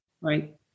Right